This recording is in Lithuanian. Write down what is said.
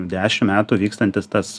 dešim metų vykstantis tas